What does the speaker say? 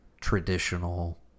traditional